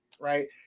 right